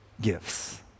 gifts